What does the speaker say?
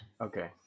Okay